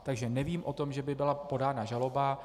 Takže nevím o tom, že by byla podána žaloba.